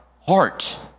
heart